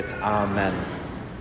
amen